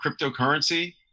cryptocurrency